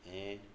ऐं